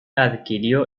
adquirió